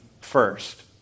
first